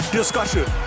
discussion